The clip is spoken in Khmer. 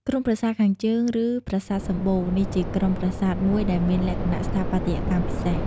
ក្រុមប្រាសាទខាងជើង ឬ ប្រាសាទសំបូរ នេះជាក្រុមប្រាសាទមួយដែលមានលក្ខណៈស្ថាបត្យកម្មពិសេស។